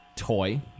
toy